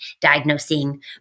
diagnosing